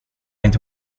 inte